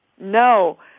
No